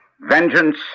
vengeance